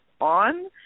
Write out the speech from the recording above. on